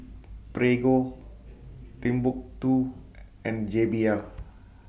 Prego Timbuk two and J B L